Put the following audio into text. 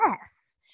Yes